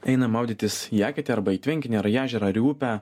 einam maudytis į eketę arba į tvenkinį ar į ežerą ar į upę